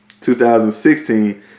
2016